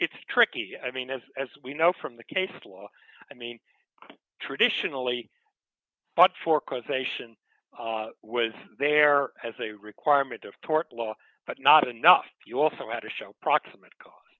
it's tricky i mean as as we know from the case law i mean traditionally but for causation was there as a requirement of tort law but not enough you also matter show proximate